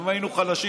אם היינו חלשים,